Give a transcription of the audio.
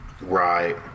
Right